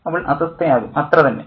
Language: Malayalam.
അവൾ അസ്വസ്ഥയാകും അത്ര തന്നെ